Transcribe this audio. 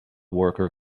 worker